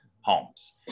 homes